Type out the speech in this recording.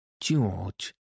George